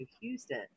Houston